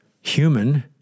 human